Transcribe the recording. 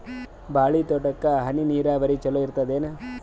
ಬಾಳಿ ತೋಟಕ್ಕ ಹನಿ ನೀರಾವರಿ ಚಲೋ ಇರತದೇನು?